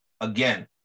again